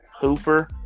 Hooper